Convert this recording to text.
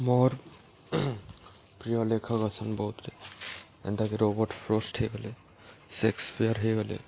ମୋର୍ ପ୍ରିୟ ଲେଖକ ଅଛନ୍ ବହୁତ୍ଟେ ଏନ୍ତାକି ରୋବର୍ଟ୍ ଫ୍ରଷ୍ଟ୍ ହେଇଗଲେ ସେକ୍ସପିଅର୍ ହେଇଗଲେ